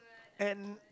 and